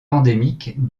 endémique